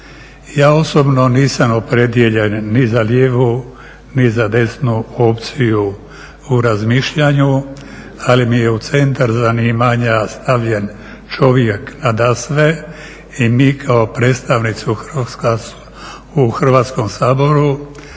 Ja osobno nisam opredijeljen ni za lijevu, ni za desnu opciju u razmišljanju ali mi je u centar zanimanja stavljen čovjek nadasve i mi kao predstavnici u Hrvatskom saboru